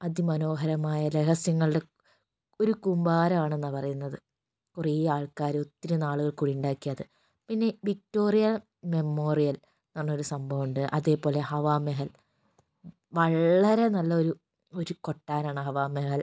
അതി മനോഹരമായ രഹസ്യങ്ങളുടെ ഒരു കൂമ്പാരമാണെന്നാണ് പറയുന്നത് കുറെ ആൾക്കാരൊത്തിരി നാളുകൾ കൂടിയുണ്ടാക്കിയത് പിന്നെ വിക്ടോറിയ മെമ്മോറിയൽ എന്നു പറഞ്ഞ ഒരു സംഭവമുണ്ട് അതേപോലെ ഹവ മെഹൽ വളരെ നല്ല ഒരു ഒരു കൊട്ടാരമാണ് ഹവ മെഹൽ